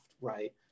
right